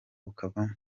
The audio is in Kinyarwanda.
ukavamo